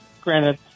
granted